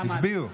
הצביעו.